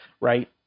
right